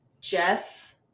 Jess